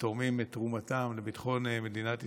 ותורמים את תרומתם לביטחון מדינת ישראל.